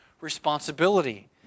responsibility